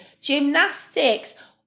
gymnastics